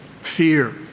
fear